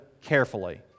carefully